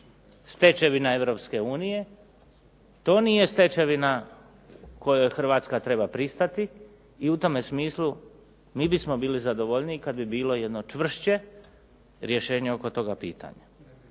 stečevina Europske unije, to nije stečevina kojoj Hrvatska treba pristati i u tome smislu mi bismo bili zadovoljniji kad bi bilo jedno čvršće rješenje oko toga pitanja.